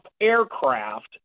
aircraft